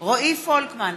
רועי פולקמן,